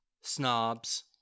snobs